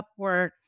Upwork